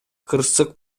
кырсык